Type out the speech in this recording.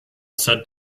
said